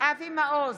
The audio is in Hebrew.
אבי מעוז,